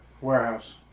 Warehouse